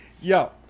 Yo